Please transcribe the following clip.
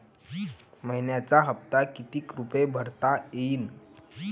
मइन्याचा हप्ता कितीक रुपये भरता येईल?